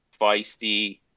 feisty